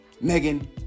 Megan